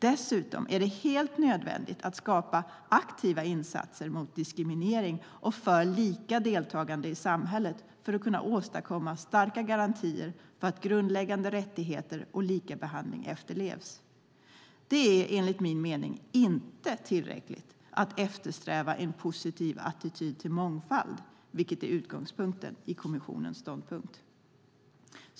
Dessutom är det helt nödvändigt att skapa aktiva insatser mot diskriminering och för lika deltagande i samhället för att kunna åstadkomma starka garantier för att grundläggande rättigheter och likabehandling efterlevs. Det är enligt min mening inte tillräckligt att eftersträva en positiv attityd till mångfald, vilket är utgångspunkten i kommissionens ståndpunkt.